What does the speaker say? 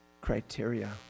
criteria